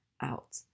out